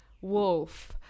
Wolf